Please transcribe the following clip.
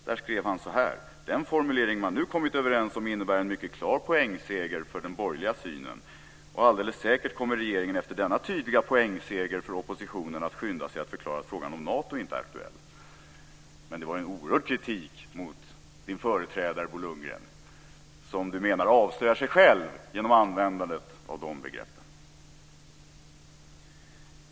Där skrev han: "Den formulering man nu kommit överens om innebär en mycket klar poängseger för den borgerliga synen. - Alldeles säkert kommer regeringen efter denna tydliga poängseger för oppositionen att skynda sig att förklara att frågan om NATO inte på något sätt är aktuell". Det var en oerhörd kritik mot sin företrädare, som Bo Lundgren menar avslöjar sig själv genom att användandet av de begreppen.